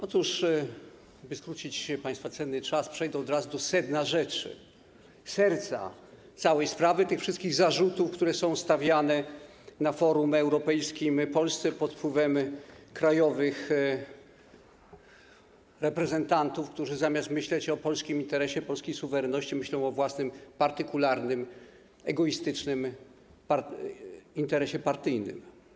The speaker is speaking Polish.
Otóż, by skrócić państwa cenny czas, przejdę od razu do sedna rzeczy, serca całej sprawy, tych wszystkich zarzutów, które są stawiane Polsce na forum europejskim pod wpływem krajowych reprezentantów, którzy zamiast myśleć o polskim interesie, polskiej suwerenności, myślą o własnym, partykularnym, egoistycznym interesie partyjnym.